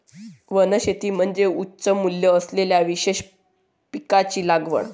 वनशेती म्हणजे उच्च मूल्य असलेल्या विशेष पिकांची लागवड